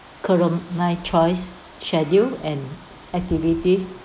current life choice schedule and activity